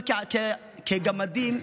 אבל כגמדים,